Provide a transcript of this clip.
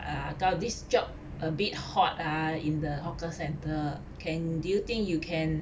uh got this job a bit hot ah in the hawker centre can do you think you can